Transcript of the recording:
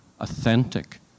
authentic